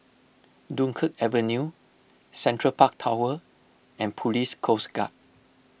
Dunkirk Avenue Central Park Tower and Police Coast Guard